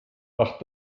ach